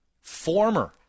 former